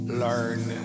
learn